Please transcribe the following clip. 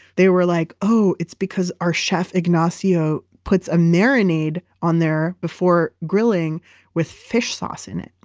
they were like, oh, it's because our chef agnossio puts a marinade on there before grilling with fish sauce in it.